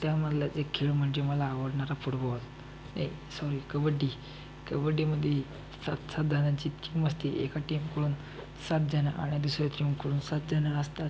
त्यामधला एक खेळ म्हणजे मला आवडणारा फुटबॉल ए सॉरी कबड्डी कबड्डीमध्ये ये सात सातजणांची खीम असते एका टीमकडून सातजणं आणि दुसऱ्या टीमकडून सातजणं असतात